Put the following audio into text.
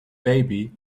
baby